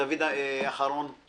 דוד, בבקשה.